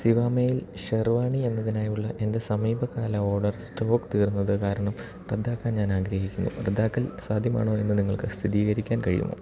സിവാമേയിൽ ഷെർവാണി എന്നതിനായുള്ള എൻ്റെ സമീപകാല ഓഡർ സ്റ്റോക്ക് തീർന്നത് കാരണം റദ്ദാക്കാൻ ഞാൻ ആഗ്രഹിക്കുന്നു റദ്ദാക്കൽ സാധ്യമാണോയെന്ന് നിങ്ങൾക്ക് സ്ഥിരീകരിക്കാൻ കഴിയുമോ